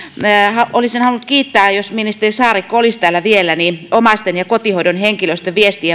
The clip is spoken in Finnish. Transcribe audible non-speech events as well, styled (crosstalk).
olisin halunnut kiittää jos ministeri saarikko olisi täällä vielä omaisten ja kotihoidon henkilöstön viestin (unintelligible)